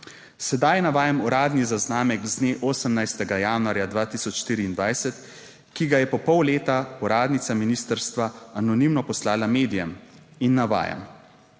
Sedaj navajam uradni zaznamek z dne 18. januarja 2024, ki ga je po pol leta uradnica ministrstva anonimno poslala medijem in navajam: